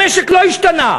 המשק לא השתנה.